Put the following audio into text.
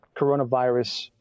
coronavirus